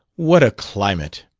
what a climate!